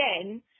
again